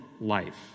life